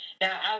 Now